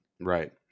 Right